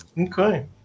Okay